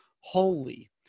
holy